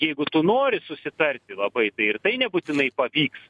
jeigu tu nori susitarti labai tai ir tai nebūtinai pavyks